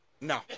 No